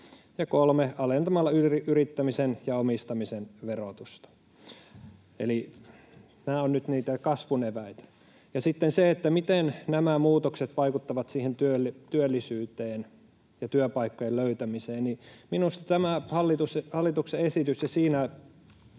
ja 3) alentamalla yrittämisen ja omistamisen verotusta. Nämä ovat nyt niitä kasvun eväitä. Sitten se, miten nämä muutokset vaikuttavat siihen työllisyyteen ja työpaikkojen löytämiseen, niin minusta tämä hallituksen esitys ja siinä